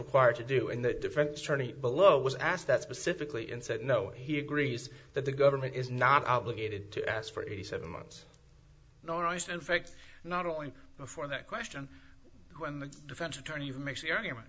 required to do in that defense attorney below was asked that specifically and said no he agrees that the government is not obligated to ask for eighty seven months nor i said in fact not only for that question when the defense attorney makes the argument